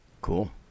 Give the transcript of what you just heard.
Cool